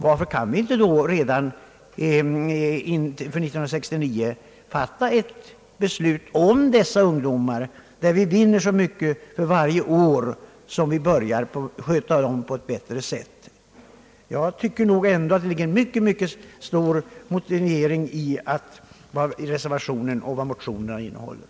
Varför kan vi inte då redan inför 1969 fatta ett beslut om dessa ungdomar, där vi vinner så mycket för varje år, om deras tandvård sköts på ett bättre sätt? Enligt mitt förmenande är motiveringarna i reservationen och motionerna mycket starka.